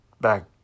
back